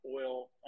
oil